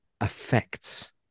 affects